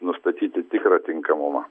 nustatyti tikrą tinkamumą